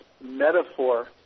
metaphor